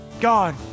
God